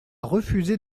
refusé